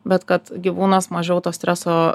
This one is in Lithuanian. bet kad gyvūnas mažiau to streso